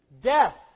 Death